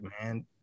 man